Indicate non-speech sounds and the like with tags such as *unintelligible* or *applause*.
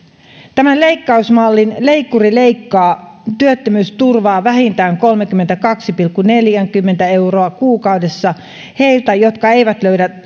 tämän leikkausmallin leikkuri leikkaa työttömyysturvaa vähintään kolmekymmentäkaksi pilkku neljäkymmentä euroa kuukaudessa heiltä jotka eivät löydä *unintelligible*